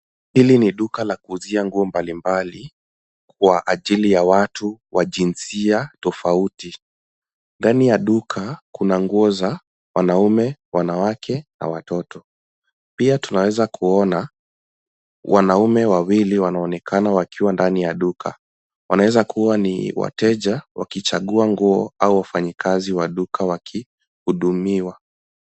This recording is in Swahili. Hili ni duka la kuuzia nguo mbalimbali kwa ajili ya watu wa jinsia tofauti. Ndani ya duka kuna nguo za wanaume, wanawake na watoto. Pia tunaweza kuona wanaume wawili wanaonekana wakiwa ndani ya duka wanaweza kuwa ni wateja wakichagua nguo au wafanyikazi wa duka wakihudumiwa.